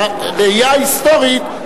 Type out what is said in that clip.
בראייה ההיסטורית,